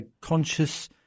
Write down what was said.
conscious